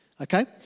Okay